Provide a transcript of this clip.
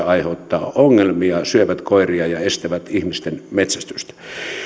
aiheuttavat ongelmia syövät koiria ja estävät ihmisten metsästystä